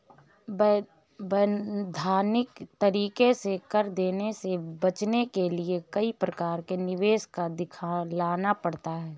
वैधानिक तरीके से कर देने से बचने के लिए कई प्रकार के निवेश को दिखलाना पड़ता है